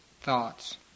thoughts